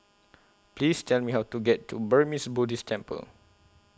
Please Tell Me How to get to Burmese Buddhist Temple